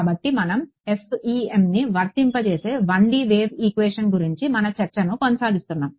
కాబట్టి మనం FEMని వర్తింపజేసే 1D వేవ్ ఈక్వేషన్ గురించి మన చర్చను కొనసాగిస్తున్నాము